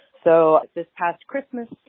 so this past christmas,